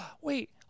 wait